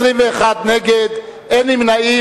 21 נגד, אין נמנעים.